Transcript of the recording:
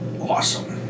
awesome